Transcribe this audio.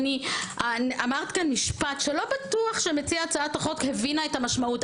אמרת שלא בטוח שמציעת הצעת החוק הבינה את המשמעות.